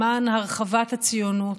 למען הרחבת הציונות,